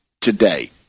today